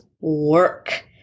work